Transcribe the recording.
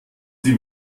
sie